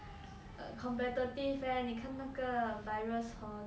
err competitive leh 你看那个 virus hor